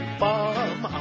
bomb